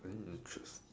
then you choose